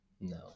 No